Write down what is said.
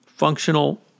functional